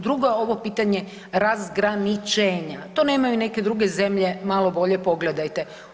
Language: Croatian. Drugo je ovo pitanje razgraničenja, to nemaju i neke druge zemlje, malo bolje pogledajte.